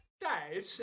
Dad